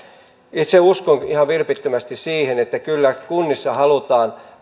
itse uskon ihan vilpittömästi siihen että kyllä kunnissa halutaan